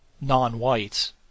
non-whites